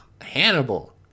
Hannibal